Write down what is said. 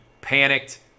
panicked